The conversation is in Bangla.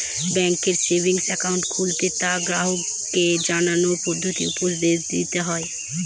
ব্যাঙ্কে সেভিংস একাউন্ট খুললে তা গ্রাহককে জানানোর পদ্ধতি উপদেশ দিতে হয়